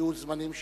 היו זמנים שאמרו: